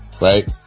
right